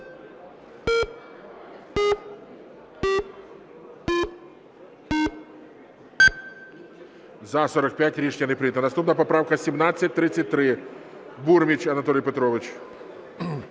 За-45 Рішення не прийнято. Наступна поправка 1733. Бурміч Анатолій Петрович.